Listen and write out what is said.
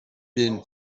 bin